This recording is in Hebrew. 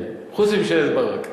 כן, חוץ מממשלת ברק,